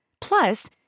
Plus